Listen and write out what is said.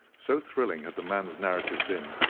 so thrilling had the man's narrative been,